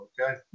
Okay